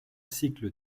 cycle